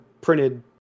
printed